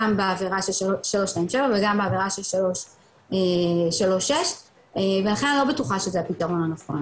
בעבירה של 327 וגם בעבירה של 326 ואני לא בטוחה שזה הפתרון הנכון,